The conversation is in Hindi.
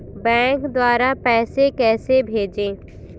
बैंक द्वारा पैसे कैसे भेजें?